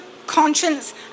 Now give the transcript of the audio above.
conscience